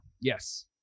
Yes